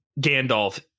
Gandalf